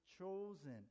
chosen